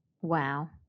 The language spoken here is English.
Wow